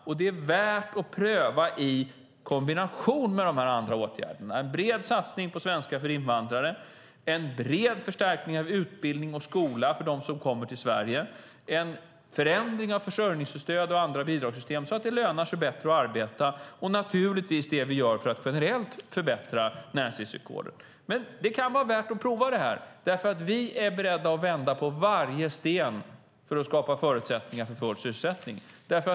Och det är värt att pröva i kombination med de andra åtgärderna: en bred satsning på svenska för invandrare, en bred förstärkning av utbildning och skola för dem som kommer till Sverige, en förändring av försörjningsstöd och andra bidragssystem så att det lönar sig bättre att arbeta och naturligtvis det vi gör för att generellt förbättra näringslivsvillkoren. Det kan vara värt att prova detta. Vi är beredda att vända på varje sten för att skapa förutsättningar för full sysselsättning.